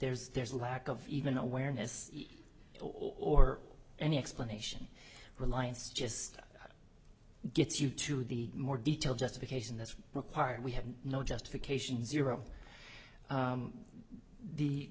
there's there's a lack of even awareness or any explanation reliance just gets you to the more detailed justification that's required we have no justification zero